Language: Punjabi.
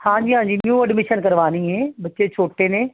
ਹਾਂਜੀ ਹਾਂਜੀ ਨਿਊ ਐਡਮਿਸ਼ਨ ਕਰਵਾਨੀ ਏ ਬੱਚੇ ਛੋਟੇ ਨੇ